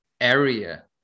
area